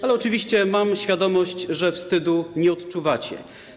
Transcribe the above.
Ale oczywiście mam świadomość, że wstydu nie odczuwacie.